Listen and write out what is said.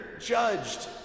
judged